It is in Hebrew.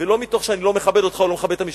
ולא מתוך שאני לא מכבד אותך או לא מכבד את המשטרה,